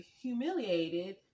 humiliated